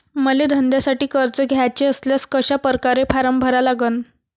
मले धंद्यासाठी कर्ज घ्याचे असल्यास कशा परकारे फारम भरा लागन?